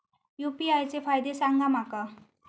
UPI चे फायदे सांगा माका?